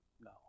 No